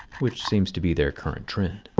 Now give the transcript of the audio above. which seems to be their current trend.